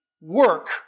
work